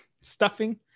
stuffing